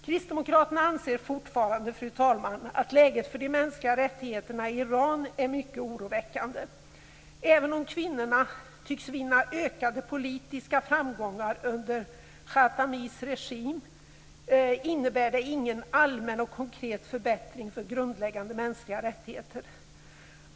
Kristdemokraterna anser fortfarande, fru talman, att läget för de mänskliga rättigheterna i Iran är mycket oroväckande. Även om kvinnorna tycks vinna ökade politiska framgångar under Khatamis regim, innebär det ingen allmän och konkret förbättring av grundläggande mänskliga rättigheter.